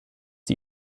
die